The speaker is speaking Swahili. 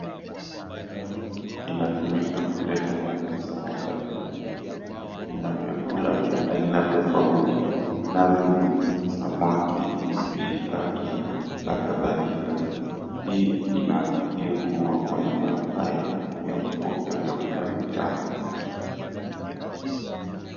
Taa inatumika kuleta mwangaza wakati wa giza, kuna vyakula vya aina tofauti navyo ni samaki, mishikaki na kadhalika hii inaashiria kuwa maeneo haya ni ya kupokea vyakula vitamu.